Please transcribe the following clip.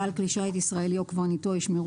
בעל כלי שיט ישראלי או קברניטו ישמרו